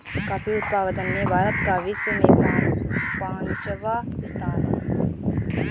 coffee उत्पादन में भारत का विश्व में पांचवा स्थान है